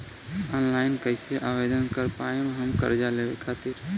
Online कइसे आवेदन कर पाएम हम कर्जा लेवे खातिर?